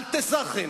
אלטע-זאכן.